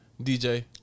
DJ